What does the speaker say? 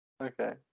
Okay